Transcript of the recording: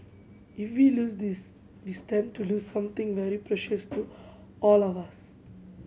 if we lose this we stand to lose something very precious to all of us